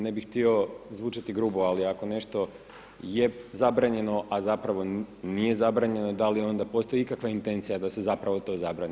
Ne bih htio zvučati grubo, ali ako nešto je zabranjeno, a zapravo nije zabranjeno, da li onda postoji ikakva intencija da se zapravo to zabrani.